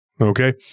okay